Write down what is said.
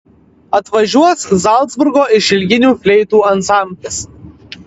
atvažiuos zalcburgo išilginių fleitų ansamblis